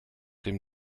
dem